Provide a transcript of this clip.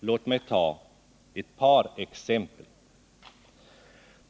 Låt mig ta ett par exempel.